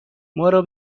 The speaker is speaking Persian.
مارو